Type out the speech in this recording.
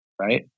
right